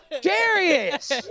Darius